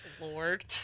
Lord